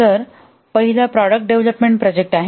तर पहिला प्रॉडक्टडेव्हलपमेंट प्रोजेक्टआहे